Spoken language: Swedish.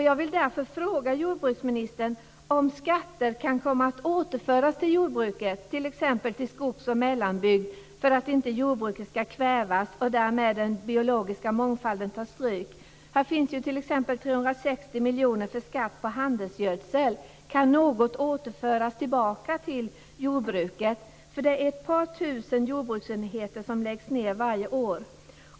Jag vill därför fråga jordbruksministern om skatter kan komma att återföras till jordbruket, t.ex. till skogs och mellanbygd, för att jordbruket inte ska kvävas och den biologiska mångfalden därmed ta stryk. Här finns t.ex. 360 miljoner i skatt på handelsgödsel. Kan något återföras till jordbruket? Det är ett par tusen jordbruksenheter som läggs ned varje år.